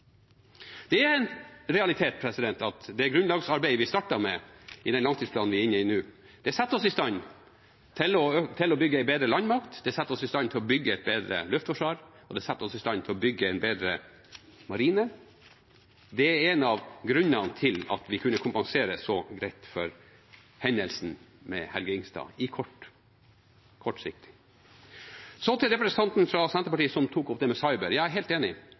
Det er en realitet at det grunnlagsarbeidet vi startet med i langtidsplanen vi er inne i nå, setter oss i stand til å bygge en bedre landmakt, det setter oss i stand til å bygge et bedre luftforsvar, og det setter oss i stand til å bygge en bedre marine. Det er en av grunnene til at vi kunne kompensere så greit for hendelsen med «Helge Ingstad» på kort sikt. Til representanten fra Senterpartiet som tok opp det med cyber: Jeg er helt enig.